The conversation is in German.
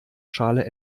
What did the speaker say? schale